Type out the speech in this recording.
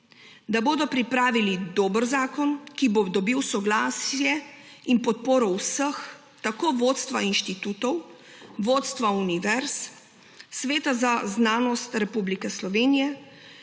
da bodo pripravili dober zakon, ki bo dobil soglasje in podporo vseh, tako vodstva inštitutov, vodstva univerz, Sveta za znanost Republike Slovenije,